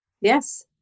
Yes